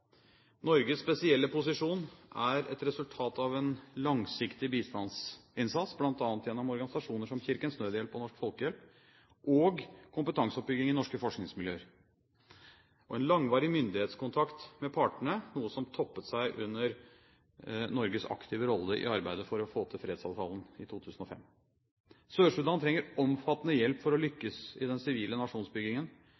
Norges spesielle posisjon er et resultat av en langsiktig bistandsinnsats, bl.a. gjennom organisasjoner som Kirkens Nødhjelp og Norsk Folkehjelp, og kompetanseoppbygging i norske forskningsmiljøer og en langvarig myndighetskontakt med partene, noe som toppet seg under Norges aktive rolle i arbeidet for å få til fredsavtalen i 2005. Sør-Sudan trenger omfattende hjelp for å